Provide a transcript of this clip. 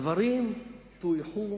הדברים טויחו,